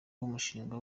umushinga